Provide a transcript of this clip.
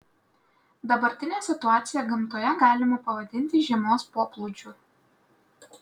dabartinę situaciją gamtoje galima pavadinti žiemos poplūdžiu